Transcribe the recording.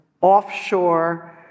offshore